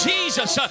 Jesus